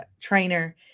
trainer